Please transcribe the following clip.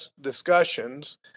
discussions